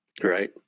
right